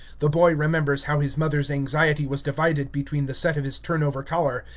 the boy remembers how his mother's anxiety was divided between the set of his turn-over collar,